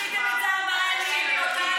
עשיתם את זה ארבעה ימים.